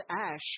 ash